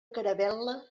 caravel·la